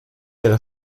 ihre